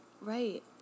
right